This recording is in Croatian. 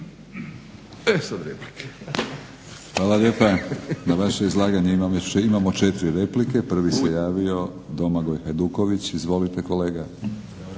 Milorad (HNS)** Hvala lijepa. Na vaše izlaganje imamo četiri replike. Prvi se javio Domagoj Hajduković. Izvolite kolega.